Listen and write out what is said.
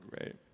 right